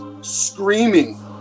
screaming